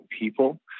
people